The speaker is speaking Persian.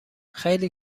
خیلی